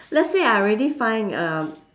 let's say I already find a